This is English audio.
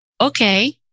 okay